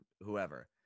whoever